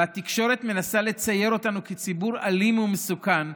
התקשורת מנסה לצייר אותנו כציבור אלים ומסוכן.